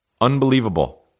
Unbelievable